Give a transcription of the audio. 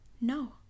No